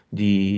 di